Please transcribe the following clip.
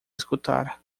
escutar